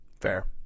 Fair